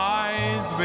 eyes